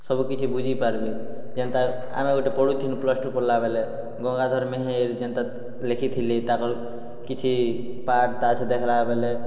ସବୁ କିଛି ବୁଝି ପାର୍ବେ ଯେନ୍ତା ଆମେ ଗୁଟେ ପଢୁଥିଲୁ ପ୍ଲସ୍ ଟୁ ପଢ଼୍ଲା ବେଲେ ଗଙ୍ଗାଧର ମେହେର୍ ଯେନ୍ତା ଲେଖିଥିଲେ ତାଙ୍କର୍ କିଛି ପାଠ୍ ତା ସହିତ ହେଲା ବେଲେ